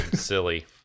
Silly